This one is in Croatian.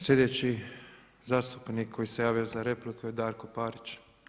Slijedeći zastupnik koji se javio za repliku je Darko Parić.